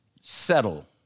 settle